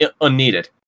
unneeded